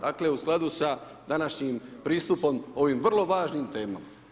Dakle u skladu sa današnjim pristupom ovim vrlo važnim temama.